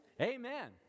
amen